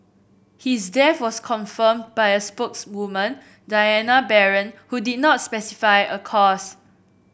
his death was confirmed by a spokeswoman Diana Baron who did not specify a cause